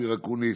אופיר אקוניס,